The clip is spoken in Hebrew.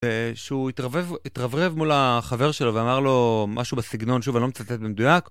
שהוא התרברב, התרברב מול החבר שלו ואמר לו משהו בסגנון, שוב אני לא מצטט במדוייק